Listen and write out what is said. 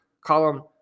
Column